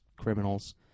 criminals